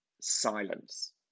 Silence